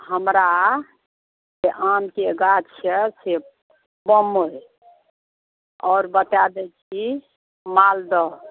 हमरा जे आमके गाछ छै से बम्बइ आओर बता दै छी मालदह